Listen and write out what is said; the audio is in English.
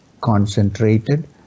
concentrated